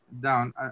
down